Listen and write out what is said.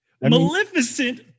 Maleficent